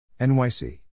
NYC